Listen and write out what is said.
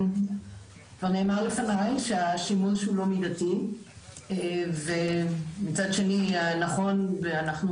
כבר נאמר לפני שהשימוש הוא לא מידתי ומצד שני נכון ואנחנו